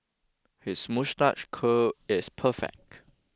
his moustache curl is perfect